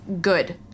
Good